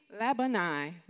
Labanai